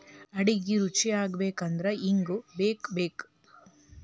ಅಡಿಗಿ ರುಚಿಯಾಗಬೇಕು ಅಂದ್ರ ಇಂಗು ಬೇಕಬೇಕ